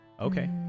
Okay